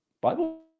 Bible